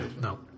no